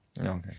Okay